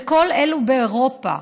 וכל אלו באירופה,